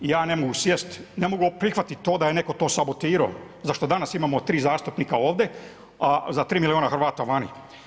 I ja ne mogu sjest, ne mogu prihvatit to da je netko to sabotirao, zašto danas imamo 3 zastupnika ovdje za 3 milijuna Hrvata vani?